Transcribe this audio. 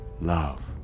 love